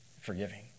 forgiving